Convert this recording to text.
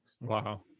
Wow